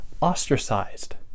ostracized